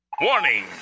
Warning